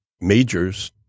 majors